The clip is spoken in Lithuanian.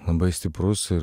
labai stiprus ir